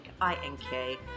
I-N-K